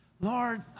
Lord